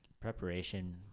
preparation